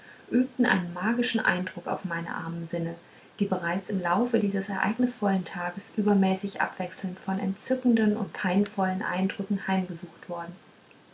übten einen magischen eindruck auf meine armen sinne die bereits im laufe dieses ereignisvollen tages übermäßig abwechselnd von entzückenden und peinvollen eindrücken heimgesucht worden